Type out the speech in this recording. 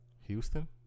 Houston